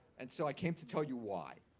and so i came to tell you why.